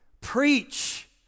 preach